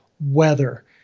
weather